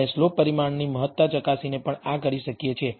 આપણે સ્લોપ પરિમાણની મહત્તા ચકાસીને પણ આ કરી શકીએ છીએ